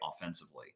offensively